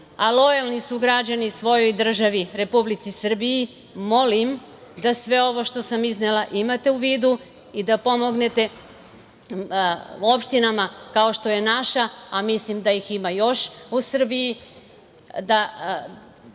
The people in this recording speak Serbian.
a lojalni su građani svojoj državi Republici Srbiji, molim da sve ovo što sam iznela imate u vidu i da pomognete opštinama kao što je naša, a mislim da ih ima još u Srbiji, da